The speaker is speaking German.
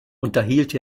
unterhielt